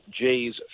Jays